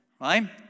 right